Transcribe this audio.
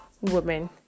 women